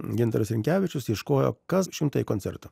gintaras rinkevičius ieškojo kas šimtąjį koncertą